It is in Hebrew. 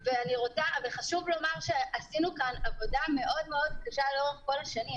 וחשוב לומר שעשינו כאן עבודה מאוד קשה לאורך השנים,